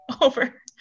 over